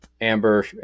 Amber